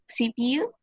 CPU